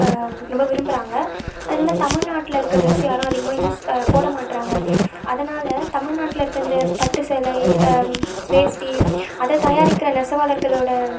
ரொம்ப விரும்புகிறாங்க அதனால தமிழ்நாட்டில் இருக்கிற ட்ரெஸு யாரும் அதிகமாக யூஸ் போட மாட்டுறாங்க அதனால் தமிழ்நாட்டில் இருக்க இந்த பட்டு சேலை வேஷ்டி அதை தயாரிக்கிற நெசவாளர்களோட